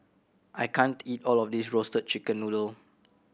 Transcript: I can't eat all of this Roasted Chicken Noodle